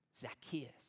Zacchaeus